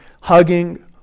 Hugging